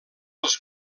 els